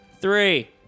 three